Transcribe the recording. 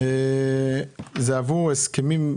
זה עבור הסכמים?